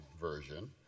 version